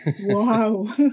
Wow